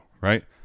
right